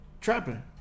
trapping